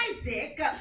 Isaac